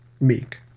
meek